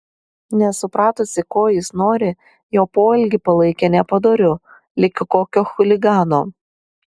nesupratusi ko jis nori jo poelgį palaikė nepadoriu lyg kokio chuligano